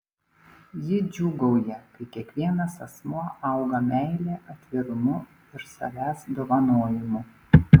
ji džiūgauja kai kiekvienas asmuo auga meile atvirumu ir savęs dovanojimu